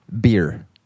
beer